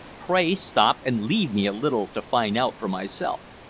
pray stop, and leave me a little to find out for myself.